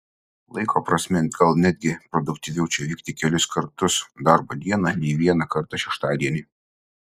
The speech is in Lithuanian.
laiko prasme gal netgi produktyviau čia vykti kelis kartus darbo dieną nei vieną kartą šeštadienį